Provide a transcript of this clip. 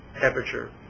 temperature